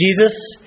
Jesus